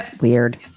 weird